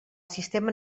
sistema